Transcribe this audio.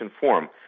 form